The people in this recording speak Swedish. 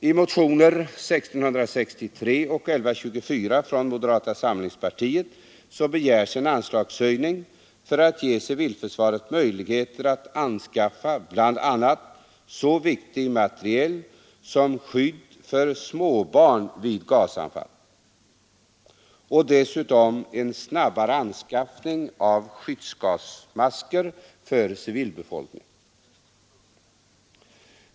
I motionerna 1663 och 1124 från moderata samlingspartiet begärs en anslagshöjning för att ge civilförsvaret möjligheter att anskaffa bl.a. så viktig materiel som utrustning för skydd för småbarn vid gasanfall och dessutom genomföra en snabbare anskaffning av skyddsgasmasker för civilbefolkningen.